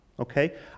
Okay